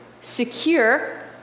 secure